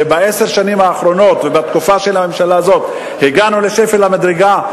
שבעשר השנים האחרונות ובתקופה של הממשלה הזאת הגענו לשפל המדרגה,